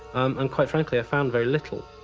and quite frankly, i found very little.